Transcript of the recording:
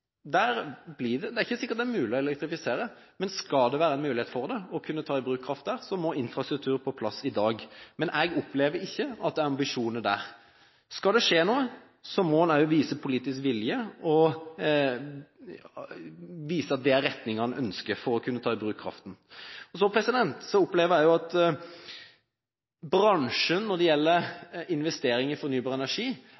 det ikke sikkert det er mulig å elektrifisere, men skal det være en mulighet til å ta i bruk kraft der, må infrastruktur på plass i dag. Men jeg opplever ikke at det er ambisjoner der. Skal det skje noe, må en også vise politisk vilje og vise at det er en retning en ønsker for å ta i bruk kraften. Så opplever jeg at når det gjelder